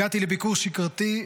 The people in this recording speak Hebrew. הגעתי לביקור שגרתי,